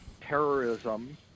terrorism